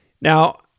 Now